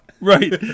right